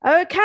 Okay